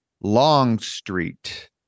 Longstreet